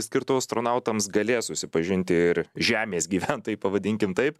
skirtu astronautams galės susipažinti ir žemės gyventojai pavadinkim taip